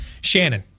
Shannon